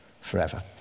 forever